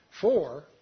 four